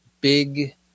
Big